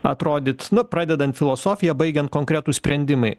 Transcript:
atrodyt na pradedant filosofija baigiant konkretūs sprendimai